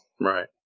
right